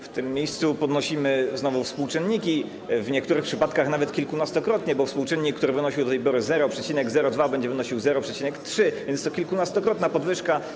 W tym miejscu podnosimy znowu współczynniki, w niektórych przypadkach nawet kilkunastokrotnie, bo współczynnik, który wynosił do tej pory 0,02, będzie wynosił 0,3, a więc to jest kilkunastokrotna podwyżka.